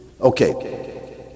okay